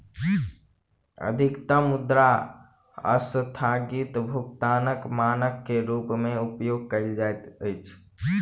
अधिकतम मुद्रा अस्थगित भुगतानक मानक के रूप में उपयोग कयल जाइत अछि